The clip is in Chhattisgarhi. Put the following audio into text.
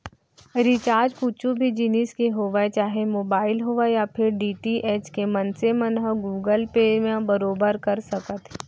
रिचार्ज कुछु भी जिनिस के होवय चाहे मोबाइल होवय या फेर डी.टी.एच के मनसे मन ह गुगल पे म बरोबर कर सकत हे